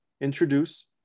introduce